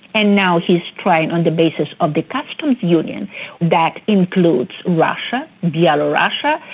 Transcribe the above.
and now he has tried on the basis of the customs union that includes russia, bielorussia,